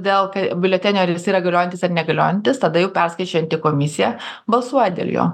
dėl biuletenio ar jis yra galiojantis ar negaliojantis tada jau perskaičiuojanti komisija balsuoja dėl jo